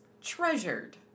treasured